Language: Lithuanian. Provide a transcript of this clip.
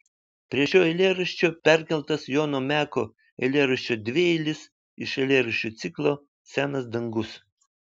prie šio eilėraščio perkeltas jono meko eilėraščio dvieilis iš eilėraščių ciklo senas dangus